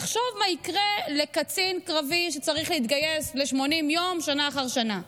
תחשוב מה יקרה לקצין קרבי שצריך להתגייס ל-80 יום שנה אחר שנה.